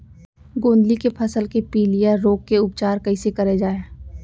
गोंदली के फसल के पिलिया रोग के उपचार कइसे करे जाये?